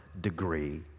degree